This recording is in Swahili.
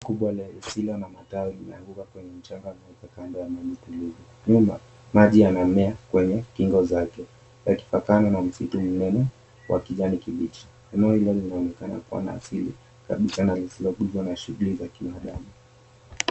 Kubwa lisilo na matawi limeanguka kwenye mchanga kando kando ya miti mingi. Nyuma maji yanamea kwenye kingo zake yakipakana na misitu minene wa kijani kibichi. Eneo hiyo linaonekana kuwa na asili kabisa na lisilo kujiwa na shughuli za kiharamu.